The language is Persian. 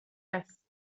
است